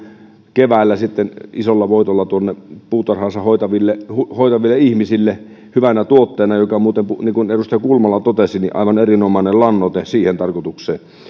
keväällä isolla voitolla tuonne puutarhaansa hoitaville hoitaville ihmisille hyvänä tuotteena joka on muuten niin kuin edustaja kulmala totesi aivan erinomainen lannoite siihen tarkoitukseen